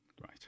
Right